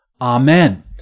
Amen